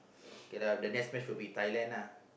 kay lah the next match will be Thailand ah